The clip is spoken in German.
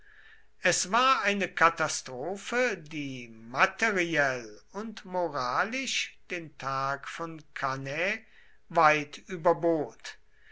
es war eine katastrophe die materiell und moralisch den tag von cannae weit überbot